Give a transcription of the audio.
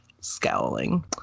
scowling